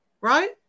right